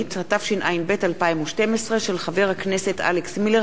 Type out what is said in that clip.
התשע"ב 2012, מאת חבר הכנסת אריה אלדד,